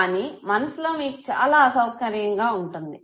కానీ మనసులో మీకు చాలా అసౌకర్యంగా ఉంటుంది